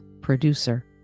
Producer